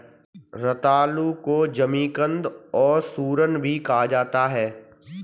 रतालू को जमीकंद और सूरन भी कहा जाता है